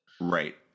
Right